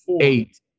eight